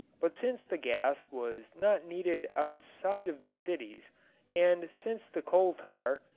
but since the gas was not needed outside of the cities and since the coal tar,